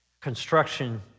construction